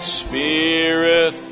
spirit